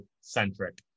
centric